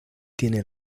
tiene